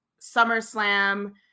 SummerSlam